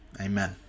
amen